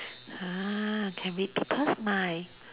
ah can read people's mind